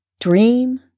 dream